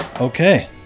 Okay